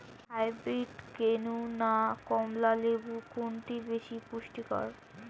Hybrid কেনু না কমলা লেবু কোনটি বেশি পুষ্টিকর?